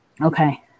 Okay